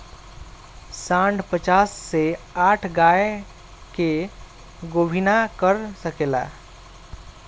सांड पचास से साठ गाय के गोभिना कर सके ला